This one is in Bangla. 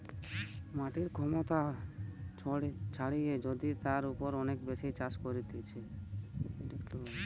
মাটির ক্ষমতা ছাড়িয়ে যদি তার উপর অনেক বেশি চাষ করতিছে